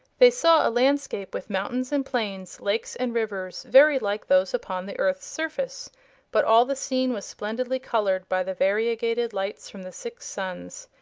they saw a landscape with mountains and plains, lakes and rivers, very like those upon the earth's surface but all the scene was splendidly colored by the variegated lights from the six suns.